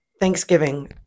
Thanksgiving